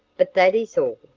but that is all.